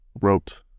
wrote